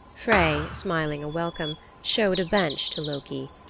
frey, smiling a welcome, showed a bench to loki.